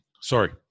Sorry